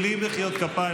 בלי מחיאות כפיים.